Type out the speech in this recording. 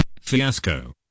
Fiasco